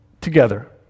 Together